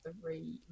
three